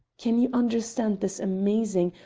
can you understand this amazing,